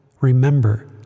remember